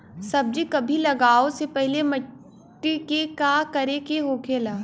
सब्जी कभी लगाओ से पहले मिट्टी के का करे के होखे ला?